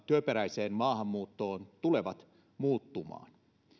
työperäiseen maahanmuuttoon tulee muuttumaan